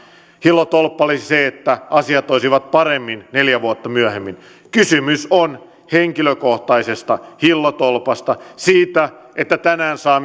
hillotolppa olisi se että asiat olisivat paremmin neljä vuotta myöhemmin kysymys on henkilökohtaisesta hillotolpasta siitä että tänään saa